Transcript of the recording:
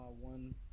one